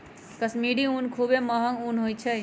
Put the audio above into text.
कश्मीरी ऊन खुब्बे महग ऊन होइ छइ